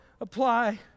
apply